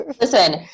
Listen